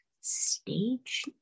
stage